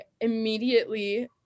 immediately